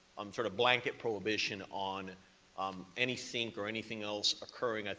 um sort of blanket prohibition on um any sink or anything else occurring, ah